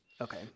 Okay